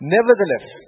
Nevertheless